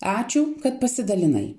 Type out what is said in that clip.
ačiū kad pasidalinai